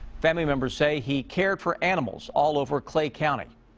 family members say, he cared for animals all over clay county.